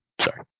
sorry